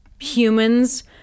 humans